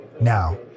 Now